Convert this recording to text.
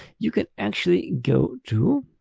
you can actually go to